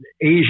Asia